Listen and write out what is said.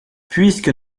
puisque